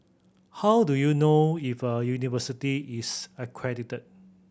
how do you know if a university is accredited